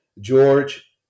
George